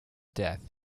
death